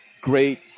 great